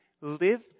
live